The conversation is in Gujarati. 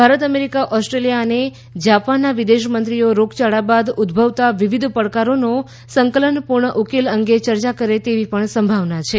ભારત અમેરિકા ઑસ્ટ્રેલિયા અનેજાપાનના વિદેશમંત્રીઓ રોગયાળા બાદ ઉદભવતા વિવિધ પડકારોનો સંકલનપૂર્ણ ઉકેલ અંગે ચર્ચા કરે તેવી સંભાવના છે